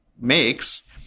makes